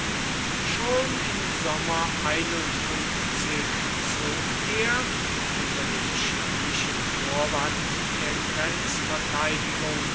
schon im sommer zog er unter dem schicklichen vorwand der